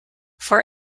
for